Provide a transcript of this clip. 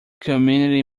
community